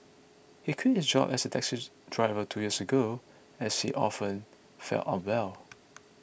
he quit his job as a taxis driver two years ago as she often felt unwell